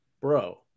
bro